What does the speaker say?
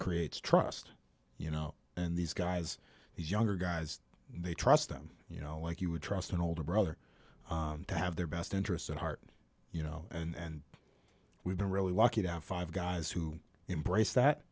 creates trust you know and these guys these younger guys they trust them you know like you would trust an older brother to have their best interests at heart you know and we've been really lucky to have five guys who embrace that